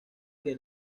que